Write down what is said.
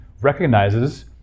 recognizes